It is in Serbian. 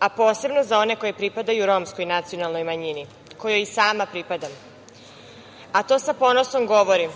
a posebno za one koji pripadaju romskoj nacionalnoj manjini, kojoj i sama pripadam, a to sa ponosom govorim.